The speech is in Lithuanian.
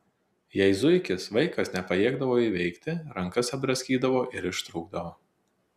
jei zuikis vaikas nepajėgdavo įveikti rankas apdraskydavo ir ištrūkdavo